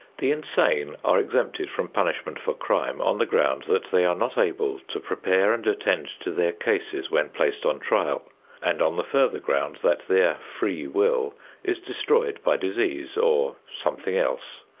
the insane are exempted from punishment for crime on the ground that they are not able to prepare and attend to their cases when placed on trial and on the further ground that their free will is destroyed by disease or something else,